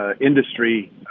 industry